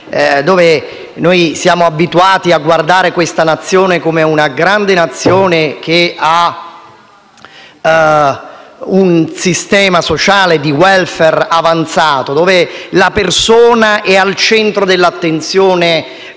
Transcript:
Noi siamo abituati a guardare alla Svezia come ad una grande Nazione che ha un sistema sociale di *welfare* avanzato dove la persona è al centro dell'attenzione delle